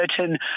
certain